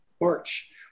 March